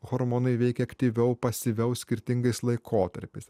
hormonai veikia aktyviau pasyviau skirtingais laikotarpiais